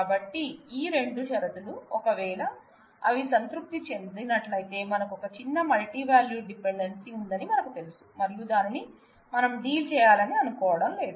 కాబట్టి ఈ రెండు షరతులు ఒకవేళ అవి సంతృప్తి చెందినట్లయితే మనకు ఒక చిన్న మల్టీ వాల్యూ డిపెండెన్సీ ఉందని మనకు తెలుసు మరియు దానిని మనం డీల్ చేయాలని అనుకోవడం లేదు